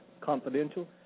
confidential